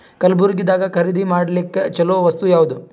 ಕಲಬುರ್ಗಿದಾಗ ಖರೀದಿ ಮಾಡ್ಲಿಕ್ಕಿ ಚಲೋ ವಸ್ತು ಯಾವಾದು?